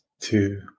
two